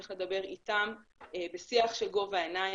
צריך לדבר איתם בשיח של גובה העיניים,